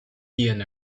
ian